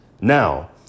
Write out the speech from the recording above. Now